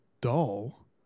dull